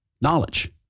Knowledge